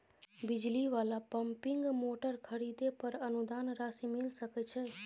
बिजली वाला pumping motor खरीदे पर अनुदान राशि मिल सके छैय?